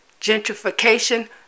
gentrification